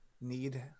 need